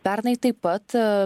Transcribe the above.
pernai taip pat